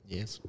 Yes